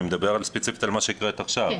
אני מדבר ספציפית על מה שהקראת עכשיו.